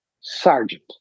sergeant